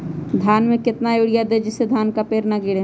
धान में कितना यूरिया दे जिससे धान का पेड़ ना गिरे?